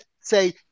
say